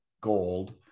gold